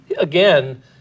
again